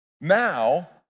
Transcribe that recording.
Now